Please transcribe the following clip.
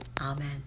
Amen